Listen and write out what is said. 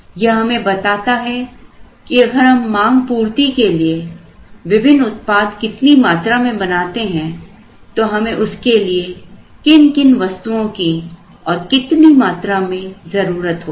यह हमें बताता है कि अगर हम मांग पूर्ति के लिए विभिन्न उत्पाद कितनी मात्रा में बनाते हैं तो हमें उसके लिए किन किन वस्तुओं की और कितनी मात्रा में जरूरत होगी